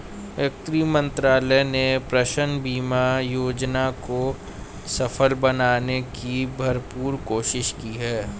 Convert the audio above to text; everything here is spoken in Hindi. वित्त मंत्रालय ने पेंशन बीमा योजना को सफल बनाने की भरपूर कोशिश की है